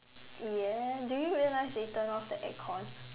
ya do you realize they turned off the air con